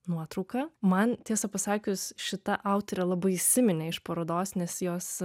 nuotrauka man tiesą pasakius šita autorė labai įsiminė iš parodos nes jos